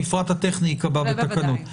המפרט הטכני ייקבע בתקנות -- זה בוודאי.